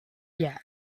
yet